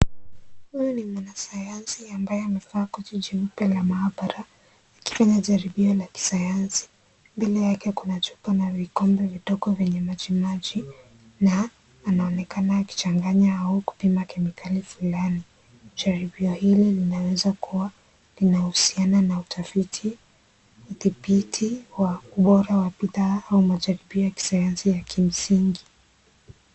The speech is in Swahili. Huyu ni mwanasayansi ambaye amevaa koti jeupe la mahabara akifanya jaribio la kisayansi, mbele yake kuna chupa na vikombe vidogo vyenye majimaji na anaonekana akichanganya huku akipima kemikali fulani, jaribio hili linaweza kuwa linahusiana na utafiti wa bora wa bidhaa ama majiribio ya kisayansi yakimsingi.